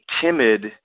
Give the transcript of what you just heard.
timid